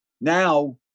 Now